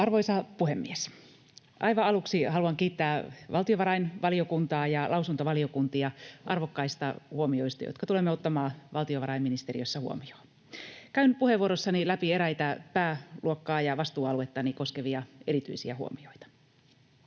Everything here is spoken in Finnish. Arvoisa puhemies! Aivan aluksi haluan kiittää valtiovarainvaliokuntaa ja lausuntovaliokuntia arvokkaista huomioista, jotka tulemme ottamaan valtiovarainministeriössä huomioon. Käyn puheenvuorossani läpi eräitä pääluokkaa ja vastuualuettani koskevia erityisiä huomioita.